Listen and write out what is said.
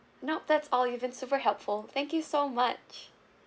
nope that's all you've been super helpful thank you so much